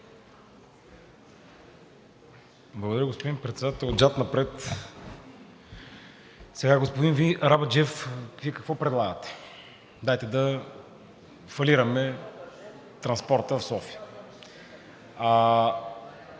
Благодаря, господин Председател. Отзад напред. Господин Арабаджиев, Вие какво предлагате – дайте да фалираме транспорта в София?!